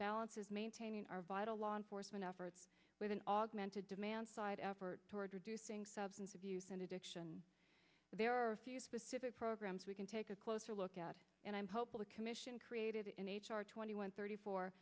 balances maintaining our vital law enforcement efforts with an augmented demand side effort toward reducing substance abuse and addiction there are specific programs we can take a closer look at and i'm hopeful the commission created in h r twenty one thirty four